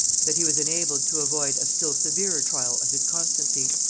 that he was enabled to avoid a still severer trial of his constancy.